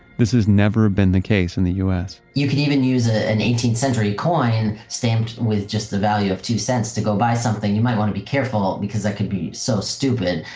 this has never been the case in the u s you can even use ah an eighteenth century coin, stamped with just the value of two cents to go buy something. you might want to be careful, because that could be so stupid,